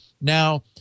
Now